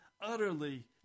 utterly